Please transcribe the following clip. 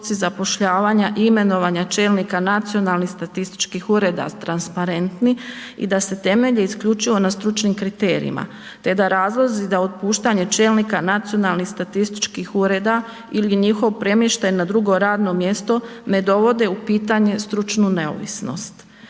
zapošljavanja i imenovanja čelnika nacionalnih statističkih ureda transparentni i da se temelji isključivo na stručnim kriterijima te da razlozi za otpuštanje čelnika nacionalnih statističkih ureda ili njihov premještaj na drugo radno mjesto ne dovode u pitanje stručnu neovisnost.